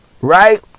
right